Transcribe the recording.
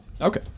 Okay